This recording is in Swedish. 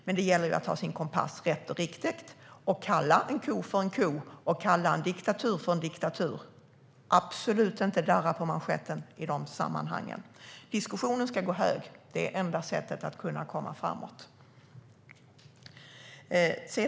Men det gäller att ha sin kompass rätt och riktig och att kalla en ko för en ko och en diktatur för en diktatur och absolut inte darra på manschetten i de sammanhangen. Det ska vara en hög diskussion - det är det enda sättet att komma framåt.